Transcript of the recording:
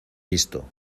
visto